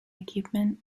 equipment